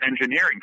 engineering